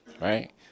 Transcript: right